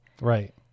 Right